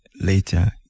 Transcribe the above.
later